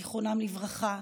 זיכרונם לברכה,